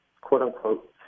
quote-unquote